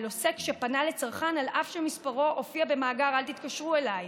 עוסק שפנה לצרכן על אף שמספרו הופיע במאגר "אל תתקשרו אליי".